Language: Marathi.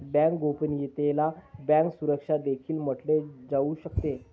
बँक गोपनीयतेला बँक सुरक्षा देखील म्हटले जाऊ शकते